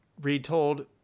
retold